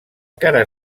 cara